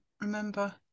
remember